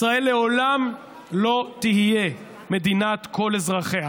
ישראל לעולם לא תהיה מדינת כל אזרחיה.